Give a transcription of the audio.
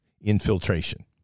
infiltration